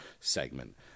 segment